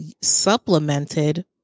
supplemented